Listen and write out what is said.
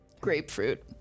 Grapefruit